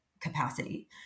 capacity